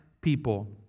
people